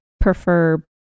prefer